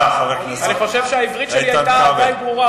אני חושב שהעברית שלי היתה די ברורה,